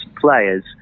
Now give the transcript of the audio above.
players